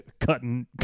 cutting